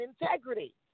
integrity